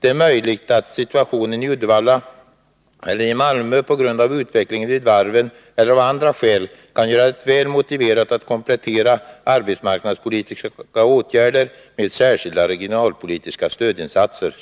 Det är möjligt att situationen i Uddevalla eller i Malmö på grund av utvecklingen vid varven eller av andra skäl kan göra det väl motiverat att komplettera arbetsmarknadspolitiska åtgärder med särskilda regionalpolitiska stödinsatser.”